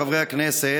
חברי הכנסת,